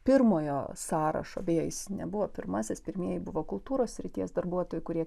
pirmojo sąrašo beje jis nebuvo pirmasis pirmieji buvo kultūros srities darbuotojų kurie